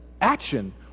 action